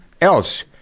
else